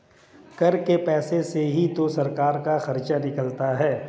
कर के पैसे से ही तो सरकार का खर्चा निकलता है